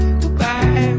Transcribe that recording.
goodbye